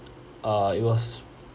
uh it was